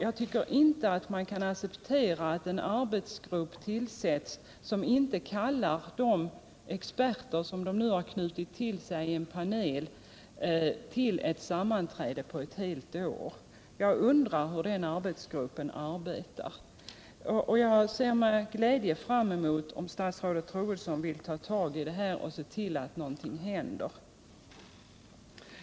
Jag tycker inte man kan acceptera att den arbetsgrupp som tillsatts inte på ett helt år kallar in de experter man nu knutit till sig i en panel. Jag undrar hur den arbetsgruppen arbetar. Jag ser med glädje fram emot att statsrådet Troedsson vill ta tag i denna fråga och se till att någonting händer.